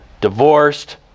Divorced